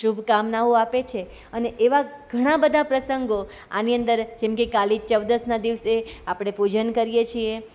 શુભકામનાઓ આપે છે અને એવા ઘણા બધા પ્રસંગો આની અંદર જેમકે કાળી ચૌદશના દિવસે આપણે પૂજન કરીએ છીએ